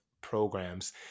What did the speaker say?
programs